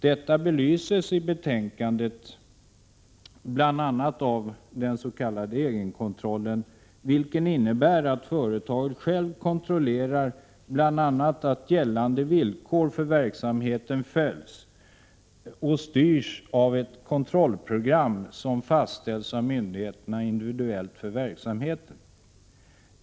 Detta belyses i betänkandet av att den s.k. egenkontrollen, vilken innebär att företagaren själv kontrollerar bl.a. att gällande villkor för verksamheten följs, styrs av ett kontrollprogram som fastställs av myndigheterna individuellt för verksamheten.